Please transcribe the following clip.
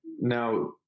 Now